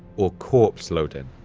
or corpse loden,